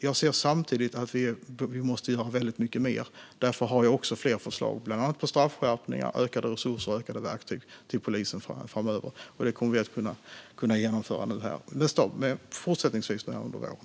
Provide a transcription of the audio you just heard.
Jag ser samtidigt att vi måste göra väldigt mycket mer. Därför har jag också förslag på bland annat straffskärpningar, ökade resurser och ökade verktyg till polisen framöver. Det kommer vi att kunna fortsätta genomföra under våren.